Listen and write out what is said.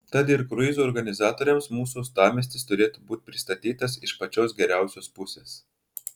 tad ir kruizų organizatoriams mūsų uostamiestis turėtų būti pristatytas iš pačios geriausios pusės